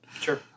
sure